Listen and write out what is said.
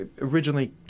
originally